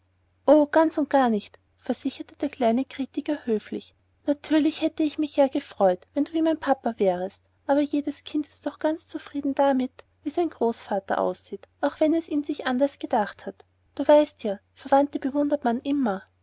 o ganz und gar nicht versicherte der kleine kritiker höflich natürlich hätte ich mich ja gefreut wenn du wie mein papa wärest aber jedes kind ist doch ganz zufrieden damit wie sein großvater aussieht auch wenn es ihn sich anders gedacht hat du weißt ja verwandte bewundert man immer